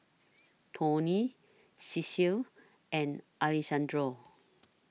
Toney Cecil and Alexandro